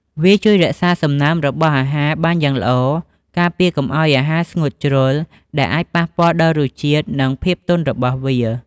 វាជួយ រក្សាសំណើមរបស់អាហារ បានយ៉ាងល្អ ការពារកុំឱ្យអាហារស្ងួតជ្រុល ដែលអាចប៉ះពាល់ដល់រសជាតិ និងភាពទន់របស់វា។